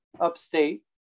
upstate